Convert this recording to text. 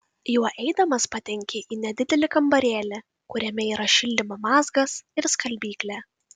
juo eidamas patenki į nedidelį kambarėlį kuriame yra šildymo mazgas ir skalbyklė